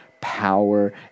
power